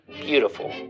Beautiful